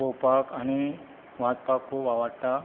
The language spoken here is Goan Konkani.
पोवपाक आनी वाचपाक खूब आवडटा